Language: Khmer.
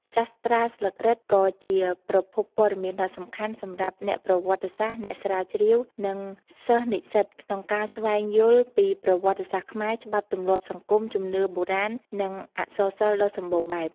សាស្រ្តាស្លឹករឹតក៏ជាប្រភពព័ត៌មានដ៏សំខាន់សម្រាប់អ្នកប្រវត្តិសាស្ត្រ អ្នកស្រាវជ្រាវ និងសិស្សនិស្សិតក្នុងការស្វែងយល់ពីប្រវត្តិសាស្ត្រខ្មែរ ច្បាប់ទម្លាប់សង្គម ជំនឿបុរាណ និងអក្សរសិល្ប៍ដ៏សម្បូរបែប។